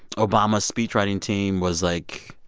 obama's speech writing team was, like,